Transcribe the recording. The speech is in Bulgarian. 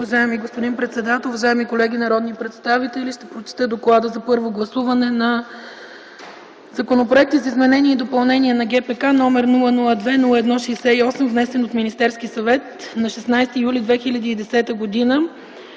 Уважаеми господин председател, уважаеми колеги народни представители! Ще прочета доклада: „ДОКЛАД за първо гласуване на законопроекти за изменение и допълнение на ГПК, № 002-01-68, внесен от Министерския съвет на 16 юли 2010 г.,